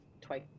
twice